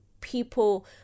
people